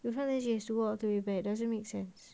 you find the jeans to walk all the way back doesn't make sense